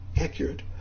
Accurate